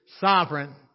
sovereign